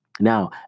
Now